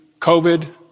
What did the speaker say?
COVID